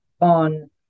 on